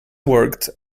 worked